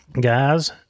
guys